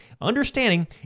understanding